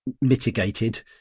mitigated